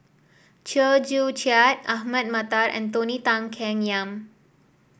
Chew Joo Chiat Ahmad Mattar and Tony Tan Keng Yam